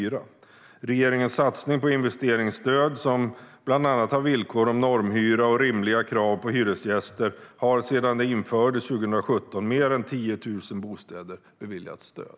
Sedan regeringens satsning på investeringsstöd, som bland annat har villkor om normhyra och rimliga krav på hyresgäster, infördes 2017 har mer än 10 000 bostäder beviljats stöd.